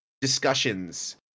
discussions